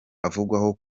avugwaho